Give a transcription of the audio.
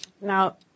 Now